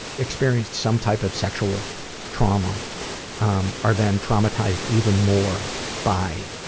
experienced some type of sexual trauma um are then traumatized even more by